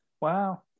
Wow